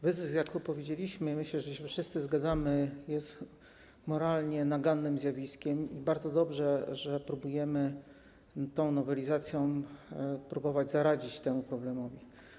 Wyzysk, jak powiedzieliśmy i myślę, że wszyscy się zgadzamy, jest moralnie nagannym zjawiskiem i bardzo dobrze, że próbujemy tą nowelizacją zaradzić temu problemowi.